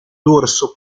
dorso